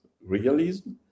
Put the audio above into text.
realism